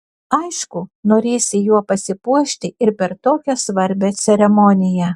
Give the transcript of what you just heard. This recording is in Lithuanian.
aišku norėsi juo pasipuošti ir per tokią svarbią ceremoniją